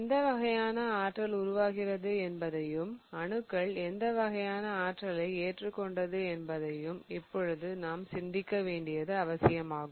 எந்த வகையான ஆற்றல் உருவாகிறது என்பதையும் அணுக்கள் எந்த வகையான ஆற்றலை ஏற்றுக்கொண்டது என்பதையும் இப்பொழுது நாம் சிந்திக்க வேண்டியது அவசியமாகும்